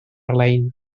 lein